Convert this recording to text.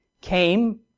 came